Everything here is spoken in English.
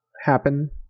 happen